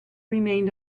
remained